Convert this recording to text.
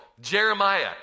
Jeremiah